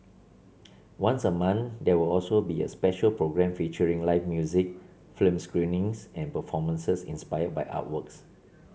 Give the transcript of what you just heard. once a month there were also be a special programme featuring live music film screenings and performances inspired by artworks